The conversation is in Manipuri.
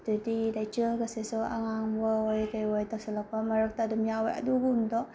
ꯑꯗꯩꯗꯤ ꯂꯩꯆꯤꯜꯒꯁꯤꯁꯨ ꯑꯉꯥꯡꯕ ꯑꯣꯏ ꯀꯔꯤ ꯑꯣꯏ ꯇꯧꯁꯤꯜꯂꯛꯄ ꯃꯔꯛꯇ ꯑꯗꯨꯝ ꯌꯥꯎꯋꯦ ꯑꯗꯨꯒꯨꯝꯕꯗꯣ